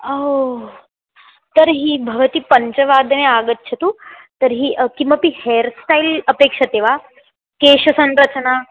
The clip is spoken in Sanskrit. अहो तर्हि भवती पञ्चवादने आगच्छतु तर्हि किमपि हेर्स्टैल् अपेक्षते वा केशसंरचना